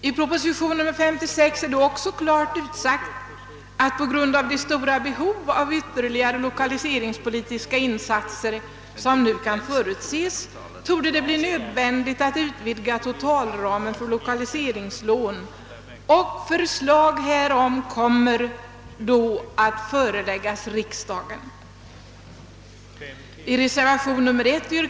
I proposition nr 56 står också klart utsagt, att på grund av det stora behov av ytterligare lokaliseringspolitiska insatser som nu kan förutses torde det bli nödvändigt att utvidga totalramen för lokaliseringslån, och förslag härom kommer då att föreläggas riksdagen.